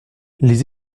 les